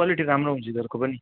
quality राम्रो हुन्छ यिनीहरूको पनि